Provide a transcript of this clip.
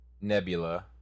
Nebula